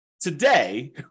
today